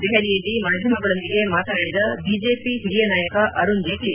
ದೆಹಲಿಯಲ್ಲಿ ಮಾಧ್ವಮಗಳೊಂದಿಗೆ ಮಾತನಾಡಿದ ಬಿಜೆಪಿ ಹಿರಿಯ ನಾಯಕ ಅರುಣ್ ಜೇಟ್ಲೆ